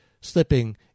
slipping